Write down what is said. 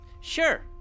Sure